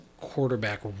quarterback